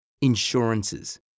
Insurances